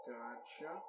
Gotcha